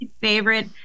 favorite